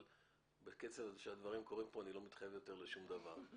אבל בקצב שהדברים קורים פה אני לא מתחייב יותר לשום דבר.